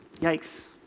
Yikes